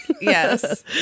Yes